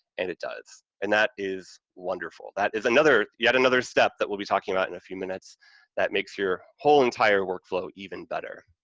and it does, and that is wonderful. that is yet another step that we'll be talking about in a few minutes that makes your whole entire work flow even better.